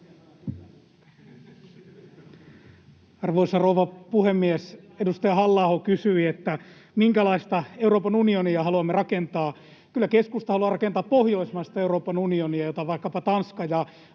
Arvoisa rouva puhemies! Edustaja Halla-aho kysyi, minkälaista Euroopan unionia haluamme rakentaa. Kyllä keskusta haluaa rakentaa pohjoismaista Euroopan unionia, kuten vaikkapa Tanska ja